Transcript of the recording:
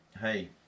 Hey